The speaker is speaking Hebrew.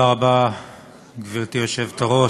גברתי היושבת-ראש,